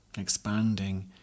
expanding